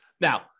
Now